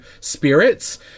spirits